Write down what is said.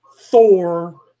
Thor